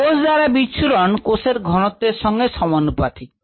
কোষ দ্বারা বিচ্ছুরণ কোষের ঘনত্বের সঙ্গে সমানুপাতিক